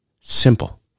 Simple